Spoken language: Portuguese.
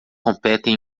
competem